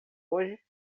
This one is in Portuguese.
hoje